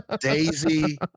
Daisy